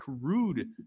Rude